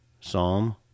Psalm